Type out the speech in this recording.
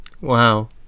Wow